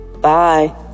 bye